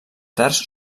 terç